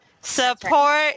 Support